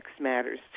matters